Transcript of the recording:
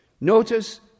Notice